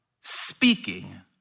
speaking